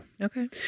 Okay